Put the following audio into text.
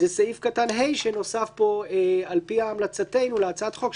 זה סעיף קטן (ה) שנוסף פה על פי המלצתנו להצעת החוק,